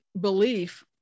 belief